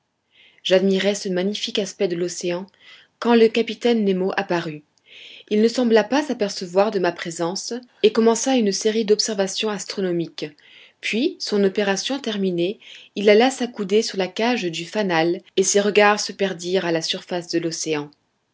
j'admirais ce magnifique aspect de l'océan quand le capitaine nemo apparut il ne sembla pas s'apercevoir de ma présence et commença une série d'observations astronomiques puis son opération terminée il alla s'accouder sur la cage du fanal et ses regards se perdirent à la surface de l'océan